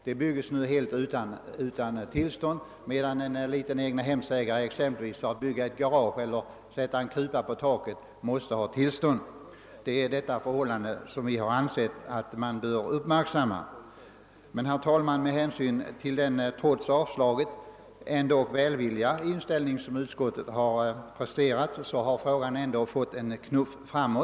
De bygges nu helt utan tillstånd, medan en liten egnahemsägare måste ha tillstånd för att bygga exempelvis ett garage eller sätta en kupa på taket. Det är detta förhållande som vi har ansett att man bör uppmärksamma. Men, herr talman, med hänsyn till den trots avslaget välvilliga inställning som utskottet har visat har frågan ändå fått en knuff framåt.